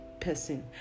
person